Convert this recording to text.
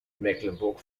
mecklenburg